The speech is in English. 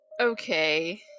Okay